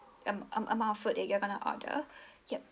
um a~ amount of food that you are gonna to order yup